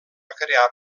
crear